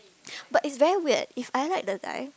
but it's very weird if I like the guy